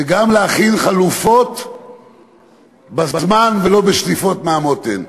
וגם להכין חלופות בזמן, ולא בשליפות מהמותן.